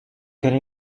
can